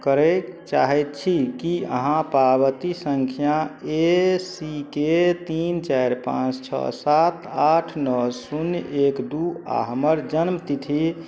करै चाहै छी कि अहाँ पावती सँख्या ए सी के तीन चारि पाँच छओ सात आठ नओ शून्य एक दुइ आओर हमर जनमतिथि